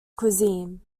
cuisine